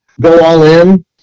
go-all-in